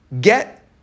Get